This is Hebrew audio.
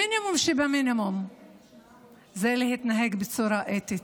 המינימום שבמינימום זה להתנהג בצורה אתית,